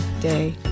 day